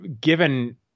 Given